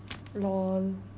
lol